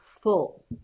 full